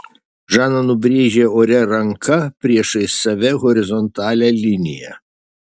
žana nubrėžė ore ranka priešais save horizontalią liniją